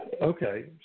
Okay